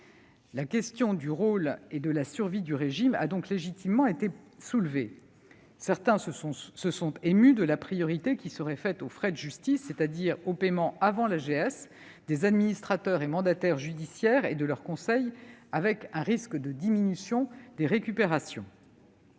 La question du rôle et de la survie du régime a donc légitimement été soulevée. Certains se sont émus de la priorité qui serait accordée aux frais de justice, c'est-à-dire au paiement, avant l'AGS, des administrateurs et mandataires judiciaires, ainsi que de leurs conseils, avec un risque de diminution des récupérations.